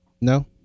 No